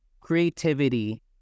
creativity